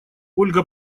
ольга